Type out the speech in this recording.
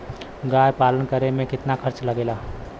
गाय पालन करे में कितना खर्चा लगेला?